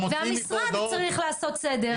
מוציאים מפה הודעות -- והמשרד צריך לעשות סדר,